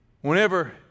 whenever